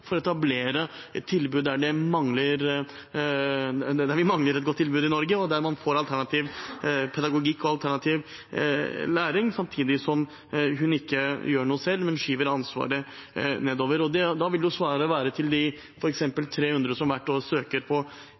for å etablere et tilbud der vi mangler et godt tilbud i Norge, og der man får alternativ pedagogikk og alternativ læring, samtidig som statsråden ikke gjør noe selv, men skyver ansvaret nedover. Da vil svaret til f.eks. de 300 som hvert år søker på